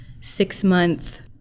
six-month